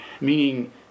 Meaning